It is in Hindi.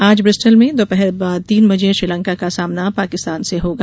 आज ब्रिस्टल में दोपहर बाद तीन बजे श्रीलंका का सामना पाकिस्तान से होगा